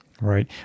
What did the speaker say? right